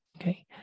okay